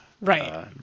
right